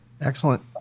Excellent